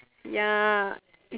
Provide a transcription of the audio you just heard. ya